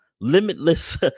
limitless